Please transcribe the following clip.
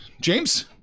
James